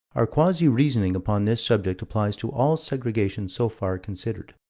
our quasi-reasoning upon this subject applies to all segregations so far considered.